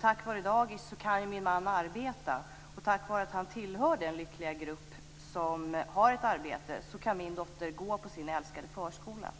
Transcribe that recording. Tack vare dagis kan min man arbeta, och tack vare att han tillhör den lyckliga grupp som har ett arbete kan min dotter gå på sin älskade förskola.